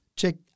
check